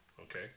Okay